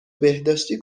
بهداشتی